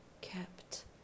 kept